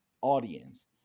audience